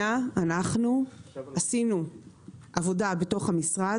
אנחנו עשינו עבודה בתוך המשרד,